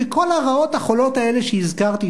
וכל הרעות החולות האלה שהזכרתי,